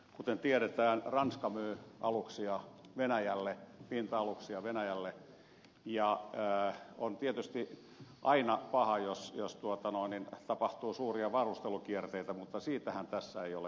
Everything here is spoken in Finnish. kuten tiedetään ranska myy pinta aluksia venäjälle ja on tietysti aina paha jos tapahtuu suuria varustelukierteitä mutta siitähän tässä ei ole kysymys